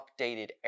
updated